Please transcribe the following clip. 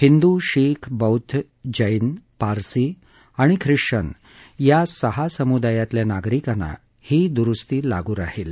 हिंदू शीख बौद्ध जैन पारसी आणि खिश्वन या सहा समुदायातल्या नागरिकाना ही दुरुस्ती लागू राहिल